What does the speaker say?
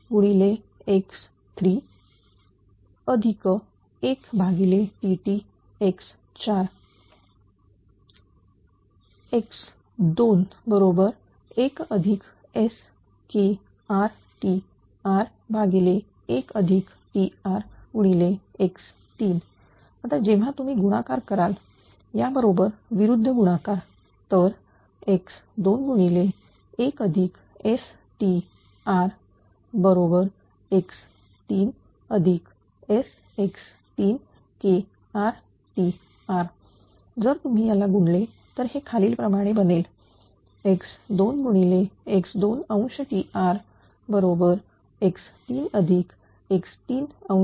1Ttx3 1Ttx4 x2 1SKrTr1Trx3 आता जेव्हा तुम्ही गुणाकार कराल याबरोबर विरुद्ध गुणाकार तर x2 1STrx3Sx3KrTr जर तुम्ही याला गुणले तर हे खालील प्रमाणे बनेल x2 x2